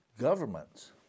governments